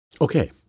Okay